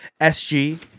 SG